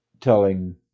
telling